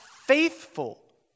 faithful